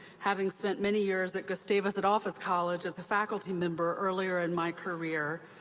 having spent many years at gustavus adolphus college as a faculty member earlier in my career.